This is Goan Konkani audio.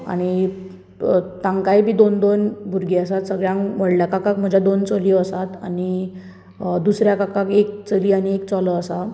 आनी तांकांय बी दोन दोन भुरगीं आसात सगळ्यान व्हडले काकाक म्हज्या दोन चलयो आसात आनी दुसऱ्या काकाक एक चली आनी एक चलो आसा